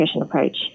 approach